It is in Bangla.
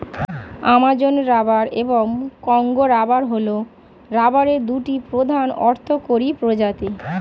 অ্যামাজন রাবার এবং কঙ্গো রাবার হল রাবারের দুটি প্রধান অর্থকরী প্রজাতি